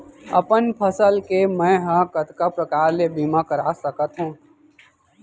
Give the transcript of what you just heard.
अपन फसल के मै ह कतका प्रकार ले बीमा करा सकथो?